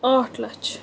ٲٹھ لَچھ